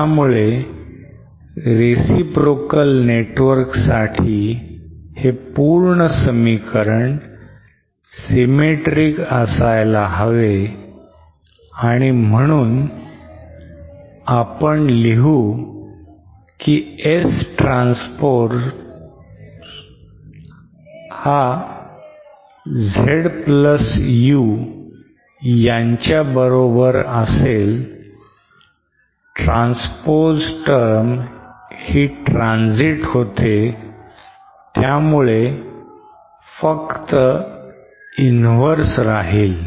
त्यामुळे reciprocal network साठी हे पूर्ण समीकरण symmetric असायला हवे आणि म्हणून आपण लिहू की S transpose as equal to Z plus U transpose term ही transit होते त्यामुळे फक्त inverse राहील